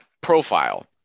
profile